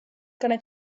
going